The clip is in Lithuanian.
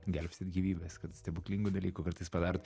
gelbstit gyvybes kad stebuklingų dalykų kartais padarot